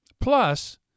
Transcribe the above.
Plus